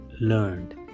learned